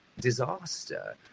disaster